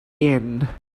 end